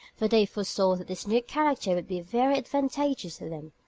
for they foresaw that this new character would be very advantageous to them.